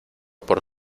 por